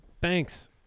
Thanks